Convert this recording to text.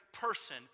person